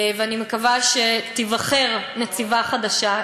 אני מקווה שתיבחר נציבה חדשה,